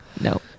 No